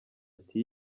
ati